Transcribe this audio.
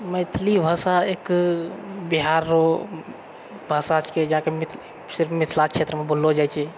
मैथिली भाषा एक बिहार ओ भाषा जेकि मिथिला क्षेत्रमे बोललो जाइत छेै